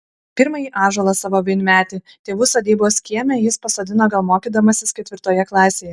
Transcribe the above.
pirmąjį ąžuolą savo vienmetį tėvų sodybos kieme jis pasodino gal mokydamasis ketvirtoje klasėje